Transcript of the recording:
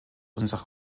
unsere